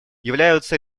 являются